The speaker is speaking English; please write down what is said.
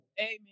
Amen